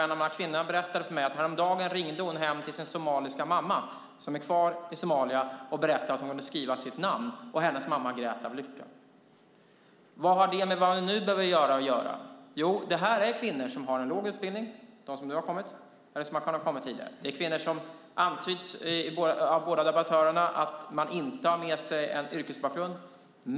En av kvinnorna berättade för mig att hon häromdagen ringde hem till sin somaliska mamma, som är kvar i Somalia, och berättade att hon kunde skriva sitt namn. Hennes mamma grät av lycka. Vad har det att göra med vad vi nu behöver göra? Jo, de som nu har kommit eller som har kommit tidigare är kvinnor som har en låg utbildning. Det är kvinnor som av båda debattörerna antyds inte ha med sig en yrkesbakgrund.